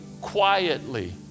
quietly